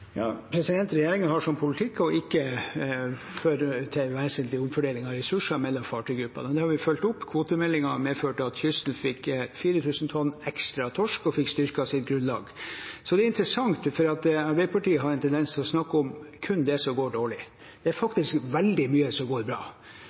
har som politikk å ikke gjøre vesentlige omfordelinger av ressurser mellom fartøygrupper. Det har vi fulgt opp. Kvotemeldingen har medført at kysten fikk 4 000 tonn ekstra torsk og styrket sitt grunnlag. Det er interessant at Arbeiderpartiet har en tendens til å snakke om kun det som går dårlig. Det er